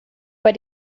bei